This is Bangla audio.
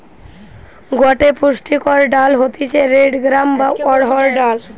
গটে পুষ্টিকর ডাল হতিছে রেড গ্রাম বা অড়হর ডাল